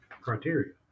criteria